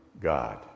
God